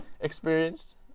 experienced